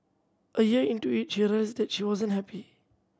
a year into it she realised that she wasn't happy